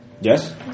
Yes